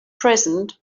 present